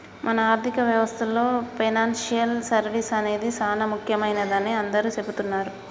మన ఆర్థిక వ్యవస్థలో పెనాన్సియల్ సర్వీస్ అనేది సానా ముఖ్యమైనదని అందరూ సెబుతున్నారు